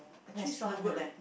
restaurant lah